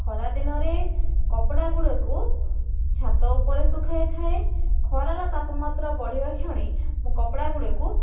ଖରାଦିନରେ କପଡ଼ାଗୁଡ଼ାକୁ ଛାତ ଉପରେ ଶୁଖାଇଥାଏ ଖରାର ତାପମାତ୍ରା ବଢ଼ିବା କ୍ଷଣି ମୁଁ କପଡ଼ାଗୁଡ଼ାକୁ